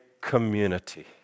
community